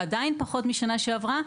עדיין פחות משנה שעברה,